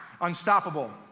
Unstoppable